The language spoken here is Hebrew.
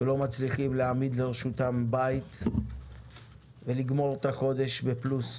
ולא מצליחים להעמיד לרשותם בית ולגמור את החודש בפלוס.